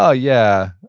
yeah yeah,